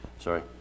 Sorry